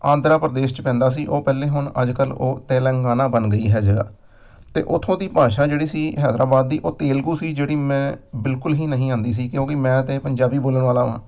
ਆਂਧਰਾ ਪ੍ਰਦੇਸ਼ 'ਚ ਪੈਂਦਾ ਸੀ ਉਹ ਪਹਿਲਾਂ ਹੁਣ ਅੱਜ ਕੱਲ੍ਹ ਉਹ ਤੇਲੰਗਾਨਾ ਬਣ ਗਈ ਹੈ ਜਗ੍ਹਾ ਅਤੇ ਉੱਥੋਂ ਦੀ ਭਾਸ਼ਾ ਜਿਹੜੀ ਸੀ ਹੈਦਰਾਬਾਦ ਦੀ ਉਹ ਤੇਲਗੂ ਸੀ ਜਿਹੜੀ ਮੈਂ ਬਿਲਕੁਲ ਹੀ ਨਹੀਂ ਆਉਂਦੀ ਸੀ ਕਿਉਂਕਿ ਮੈਂ ਤਾਂ ਪੰਜਾਬੀ ਬੋਲਣ ਵਾਲਾ ਹਾਂ